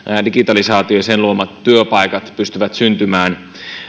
digitalisaatio ja sen luomat työpaikat pystyvät syntymään